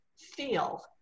feel